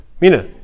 Mina